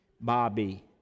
Bobby